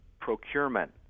procurement